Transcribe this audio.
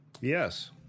Yes